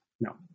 no